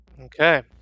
okay